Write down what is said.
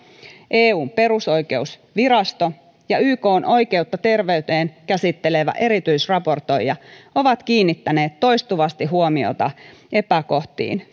eun perusoikeusvirasto ja ykn oikeutta terveyteen käsittelevä erityisraportoija ovat kiinnittäneet toistuvasti huomiota epäkohtiin